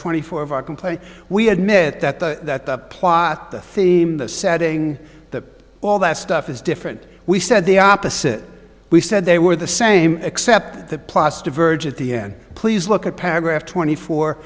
twenty four of our complaint we have met that the that the plot the theme the setting that all that stuff is different we said the opposite we said they were the same except the plus diverge at the end please look at paragraph twenty four